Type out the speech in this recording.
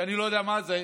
שאני לא יודע מה זה,